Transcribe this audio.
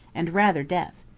and rather deaf.